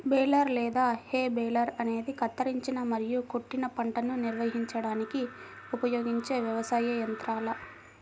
baler లేదా hay baler అనేది కత్తిరించిన మరియు కొట్టిన పంటను నిర్వహించడానికి ఉపయోగించే వ్యవసాయ యంత్రాల